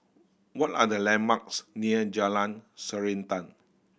what are the landmarks near Jalan Srantan